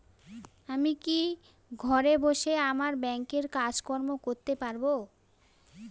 আমি কি ঘরে বসে আমার ব্যাংকের কাজকর্ম করতে পারব?